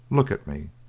look at me.